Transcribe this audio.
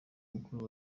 mukuru